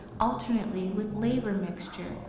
alternately with labor mixture,